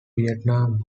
vietnam